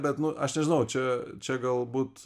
bet nu aš nežinau čia čia galbūt